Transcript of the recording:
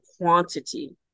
quantity